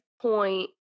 point